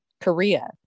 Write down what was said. Korea